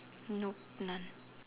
nope none